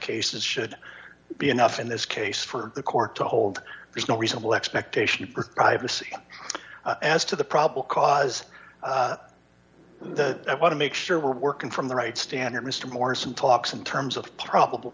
cases should be enough in this case for the court to hold there's no reasonable expectation of privacy as to the probable cause the i want to make sure we're working from the right standard mister morrison talks in terms of probable